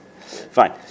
Fine